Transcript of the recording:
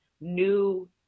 new